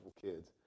kids